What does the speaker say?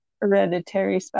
hereditary